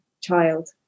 child